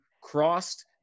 crossed